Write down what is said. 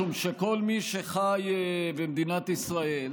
וכל מי שחי במדינת ישראל